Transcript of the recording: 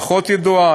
פחות ידועה,